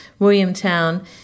Williamtown